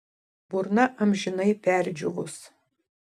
burna amžinai perdžiūvus